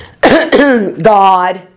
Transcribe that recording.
God